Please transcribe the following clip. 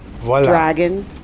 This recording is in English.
dragon